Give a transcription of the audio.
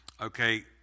Okay